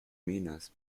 minas